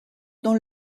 dans